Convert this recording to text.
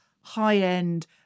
high-end